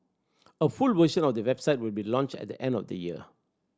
a full version of the website will be launched at the end of the year